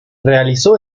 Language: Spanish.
realizó